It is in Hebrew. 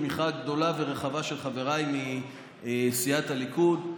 עם תמיכה גדולה ורחבה של חבריי מסיעת הליכוד.